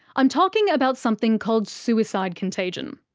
i'm talking about something called suicide contagion.